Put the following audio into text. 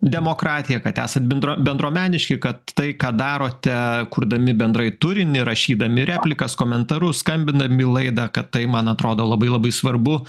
demokratiją kad esat bendro bendruomeniški kad tai ką darote kurdami bendrai turinį rašydami replikas komentarus skambindami į laidą kad tai man atrodo labai labai svarbu